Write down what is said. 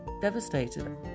devastated